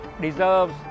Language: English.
deserves